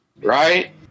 right